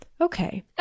Okay